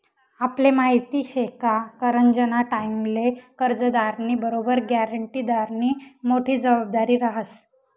आपले माहिती शे का करजंना टाईमले कर्जदारनी बरोबर ग्यारंटीदारनी मोठी जबाबदारी रहास